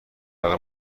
نداده